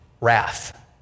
wrath